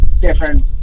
different